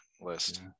list